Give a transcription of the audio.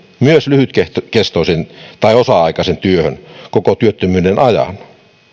myös lyhytkestoiseen tai osa aikaiseen työhön koko työttömyyden ajan